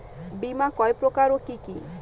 বীমা কয় প্রকার কি কি?